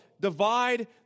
divide